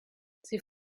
sie